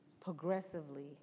progressively